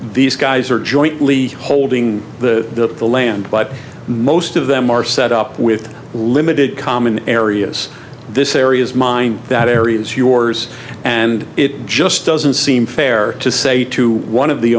these guys are jointly holding the the land but most of them are set up with limited common areas this areas mine that area is yours and it just doesn't seem fair to say to one of the